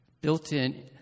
built-in